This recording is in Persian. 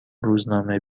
روزنامه